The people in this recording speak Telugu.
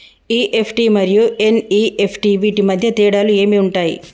ఇ.ఎఫ్.టి మరియు ఎన్.ఇ.ఎఫ్.టి వీటి మధ్య తేడాలు ఏమి ఉంటాయి?